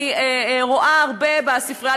אני רואה הרבה בספרייה,